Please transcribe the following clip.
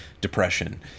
depression